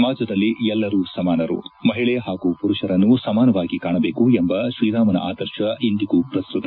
ಸಮಾಜದಲ್ಲಿ ಎಲ್ಲರೂ ಸಮಾನರು ಮಹಿಳೆ ಹಾಗೂ ಪುರುಷರನ್ನು ಸಮಾನವಾಗಿ ಕಾಣಬೇಕು ಎಂಬ ಶ್ರೀರಾಮನ ಆದರ್ಶ ಇಂದಿಗೂ ಪ್ರಸ್ತುತ